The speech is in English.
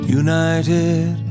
united